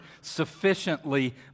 sufficiently